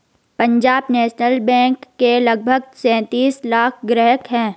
Punjab National Bank के लगभग सैंतीस लाख ग्राहक हैं